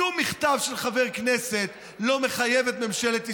שום מכתב של חבר כנסת לא מחייב את ממשלת ישראל.